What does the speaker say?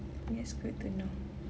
yes good to know